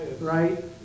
right